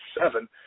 seven